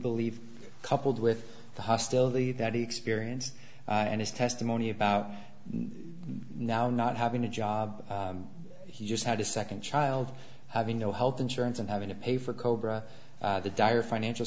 believe coupled with the hostility that he experienced and his testimony about now not having a job he just had a second child having no health insurance and having to pay for cobra the dire financial